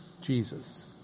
Jesus